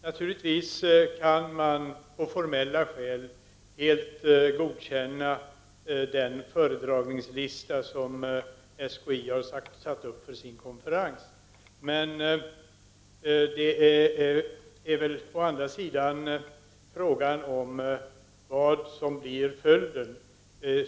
Naturligtvis kan man av formella skäl helt godkänna den föredragningslista som SKI har satt upp för sin konferens, men å andra sidan är det väl här fråga om vad som blir följden.